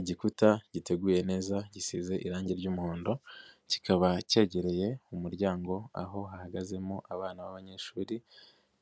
Igikuta giteguye neza, gisize irangi ry'umuhondo, kikaba cyegereye mu muryango, aho hahagazemo abana b'abanyeshuri,